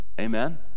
Amen